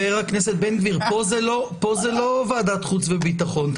פה זה לא ועדת חוץ וביטחון.